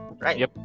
right